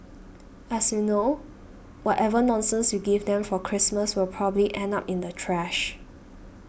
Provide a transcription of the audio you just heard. as you know whatever nonsense you give them for Christmas will probably end up in the trash